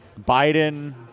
Biden